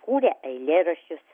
kūria eilėraščius